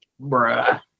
bruh